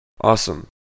Awesome